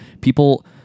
People